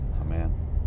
Amen